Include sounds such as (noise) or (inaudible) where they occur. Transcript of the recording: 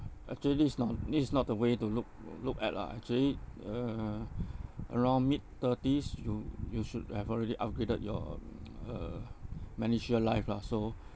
actually is not this is not the way to look look at uh actually uh (breath) around mid thirties you you should have already upgraded your (noise) uh medishield life lah so